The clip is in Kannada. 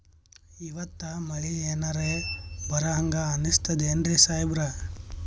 ಇವತ್ತ ಮಳಿ ಎನರೆ ಬರಹಂಗ ಅನಿಸ್ತದೆನ್ರಿ ಸಾಹೇಬರ?